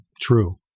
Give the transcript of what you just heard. True